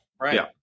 right